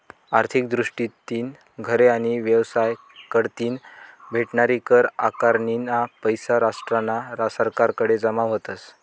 आर्थिक दृष्टीतीन घरे आणि येवसाय कढतीन भेटनारी कर आकारनीना पैसा राष्ट्रना सरकारकडे जमा व्हतस